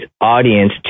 audience